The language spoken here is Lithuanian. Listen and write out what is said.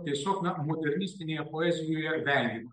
tiesiog na modernistinėje poezijoje vengiama